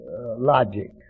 logic